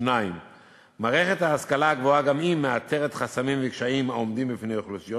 2. מערכת ההשכלה הגבוהה גם היא מאתרת חסמים וקשיים העומדים בפני אוכלוסיות